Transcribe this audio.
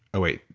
oh wait.